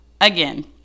again